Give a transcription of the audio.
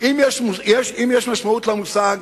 אם יש משמעות למושג